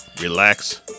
relax